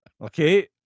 Okay